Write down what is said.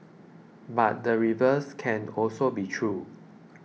but the reverse can also be true